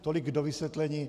Tolik k dovysvětlení.